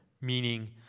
meaning